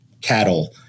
cattle